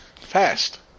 fast